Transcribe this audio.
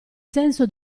senso